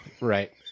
right